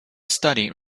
study